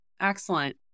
Excellent